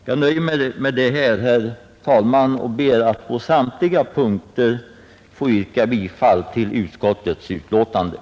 Jag nöjer mig därför med vad jag nu har sagt, herr talman, och ber att på samtliga punkter få yrka bifall till vad utskottet hemställt.